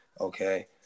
Okay